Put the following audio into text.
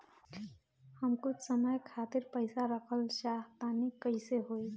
हम कुछ समय खातिर पईसा रखल चाह तानि कइसे होई?